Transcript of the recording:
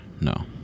No